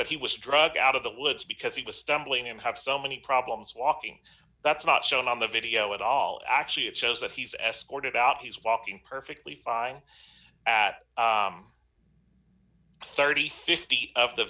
that he was drugged out of the woods because he was stumbling and have so many problems walking that's not shown on the video at all actually it shows that he's escorted out he's walking perfectly fine at three thousand and fifty of the